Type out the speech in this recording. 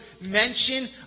mention